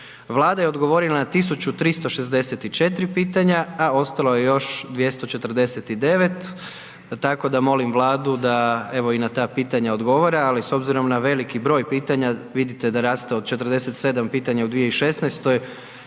Vlada je odgovorila na 1364 pitanja, a ostalo je još 249 tako da molim Vladu da evo i na ta pitanja odgovore, ali s obzirom na veliki broj pitanja vidite da raste od 47 pitanja u 2016.